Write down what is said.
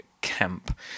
camp